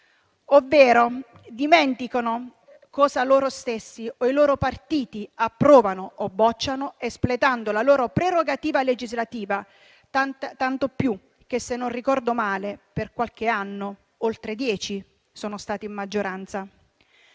ovvero dimenticano cosa loro stessi, i loro partiti approvano o bocciano espletando la loro prerogativa legislativa, tanto più che - se non ricordo male - per qualche anno, oltre dieci, sono stati in maggioranza.